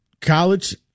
College